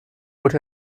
would